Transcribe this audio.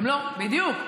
בדיוק.